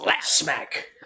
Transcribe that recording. Smack